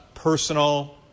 personal